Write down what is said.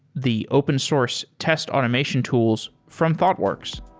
the open source test automation tools from thoughtworks.